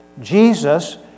Jesus